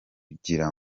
kugira